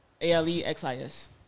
A-L-E-X-I-S